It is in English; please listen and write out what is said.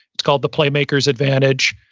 it's called the playmaker's advantage.